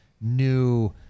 new